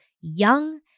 young